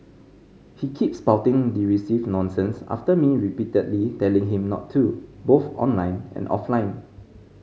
he kept spouting derisive nonsense after me repeatedly telling him not to both online and offline